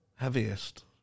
Heaviest